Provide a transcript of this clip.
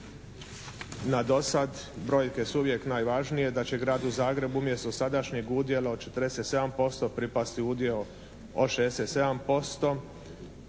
na dosad, brojke su uvijek najvažnije da će Gradu Zagrebu umjesto sadašnjeg udjela od 47% pripasti udio od 67%